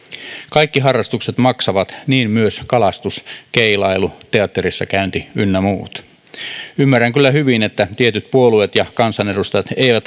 kaikki harrastukset maksavat niin myös kalastus keilailu teatterissa käynti ynnä muut ymmärrän kyllä hyvin että tietyt puolueet ja kansanedustajat eivät